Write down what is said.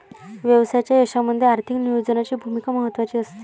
व्यवसायाच्या यशामध्ये आर्थिक नियोजनाची भूमिका महत्त्वाची असते